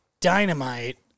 dynamite